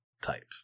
type